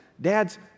Dads